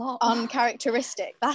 uncharacteristic